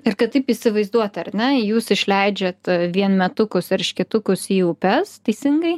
ir kad taip įsivaizduot ar ne jūs išleidžiat vienmetukus eršketukus į upes teisingai